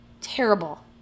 Terrible